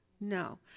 No